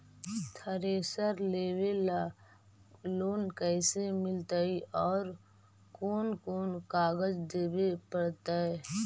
Thresher लेबे ल loan कैसे मिलतइ और कोन कोन कागज देबे पड़तै?